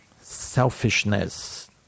selfishness